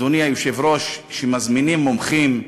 אדוני היושב-ראש, כשמזמינים מומחים,